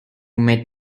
met